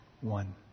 one